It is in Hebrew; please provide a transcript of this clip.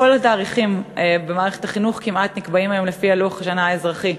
כמעט כל התאריכים במערכת החינוך נקבעים היום לפי לוח השנה האזרחי.